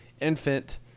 infant